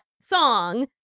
song